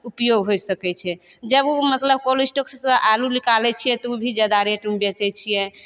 उपयोग होइ सकय छै जब उ मतलब कोल्ड स्टॉक्ससँ आलू निकालय छियै तऽ उ भी जादा रेटमे बेचय छियै